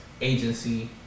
agency